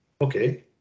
okay